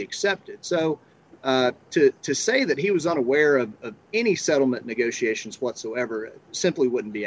accepted so to to say that he was unaware of any settlement negotiations whatsoever it simply wouldn't be